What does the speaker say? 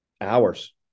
hours